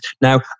Now